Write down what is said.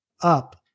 up